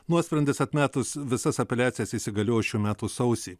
nuosprendis atmetus visas apeliacijas įsigaliojo šių metų sausį